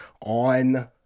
on